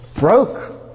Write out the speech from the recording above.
broke